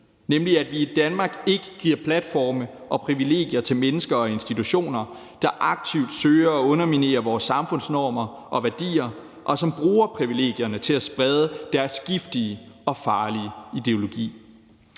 nemlig at vi i Danmark ikke giver platforme og privilegier til mennesker og institutioner, der aktivt søger at underminere vores samfundsnormer og -værdier, og som bruger privilegierne til at sprede deres giftige og farlige ideologi.